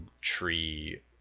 tree